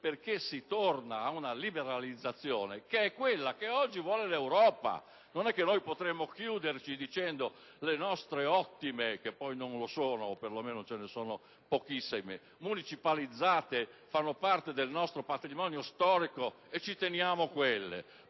perché si torna ad una liberalizzazione che è quella che oggi vuole l'Europa. Non è che potremmo chiuderci dicendo che le nostre ottime - che poi non lo sono, o perlomeno ce ne sono pochissime - municipalizzate fanno parte del nostro patrimonio storico e ci teniamo quelle,